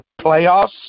playoffs